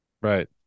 Right